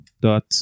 Dot